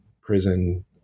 prison